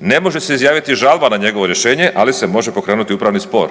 Ne može se izjaviti žalba na njegovo rješenje, ali se može pokrenuti upravi spor.